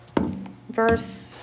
verse